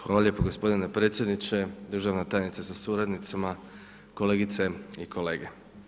Hvala lijepo gospodine predsjedniče, državna tajnice sa suradnicima, kolegice i kolege.